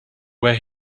wear